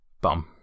Bum